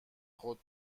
خود